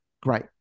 great